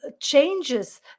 changes